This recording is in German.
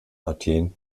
athen